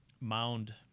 Mound